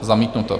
Zamítnuto.